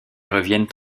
reviennent